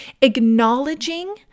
Acknowledging